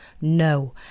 No